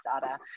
data